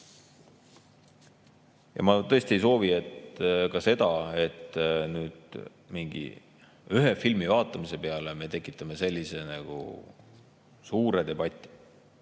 Ma tõesti ei soovi ka seda, et me nüüd mingi ühe filmi vaatamise peale tekitame sellise suure debati.